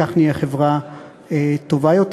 כך נהיה חברה טובה יותר.